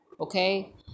okay